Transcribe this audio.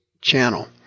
channel